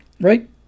right